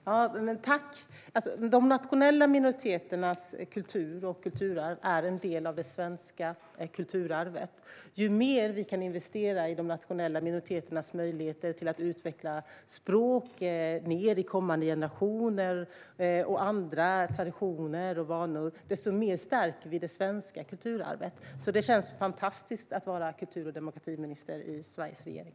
Herr talman! De nationella minoriteternas kultur och kulturarv är en del av det svenska kulturarvet. Ju mer vi kan investera i de nationella minoriteternas möjligheter att utveckla språket ned i kommande generationer, liksom andra traditioner och vanor, desto mer stärker vi det svenska kulturarvet. Det känns fantastiskt att vara kultur och demokratiminister i Sveriges regering.